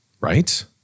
right